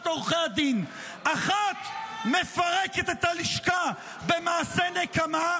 עורכי הדין: האחת מפרקת את הלשכה במעשה נקמה,